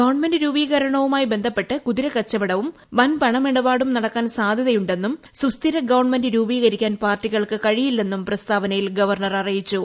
government രൂപീകരണവുമായി ബന്ധപ്പെട്ട് കുതിരക്കച്ചുവടവും വൻ പണമിടപാടും നടക്കാൻ സാധ്യതയുണ്ടെന്നും സുസ്ഥിര ഗവൺമെന്റ് രൂപീകരിക്കാൻ പാർട്ടികൾക്ക് കഴിയില്ലെന്നും പ്രസ്താവനയിൽ ഗവർണർ അറിയിച്ചു